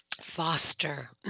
foster